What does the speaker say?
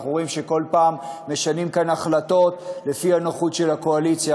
אנחנו רואים שכל פעם משנים פה החלטות לפי הנוחות של הקואליציה,